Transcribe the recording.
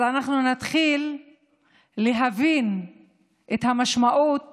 אז אנחנו נתחיל להבין את המשמעות